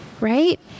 right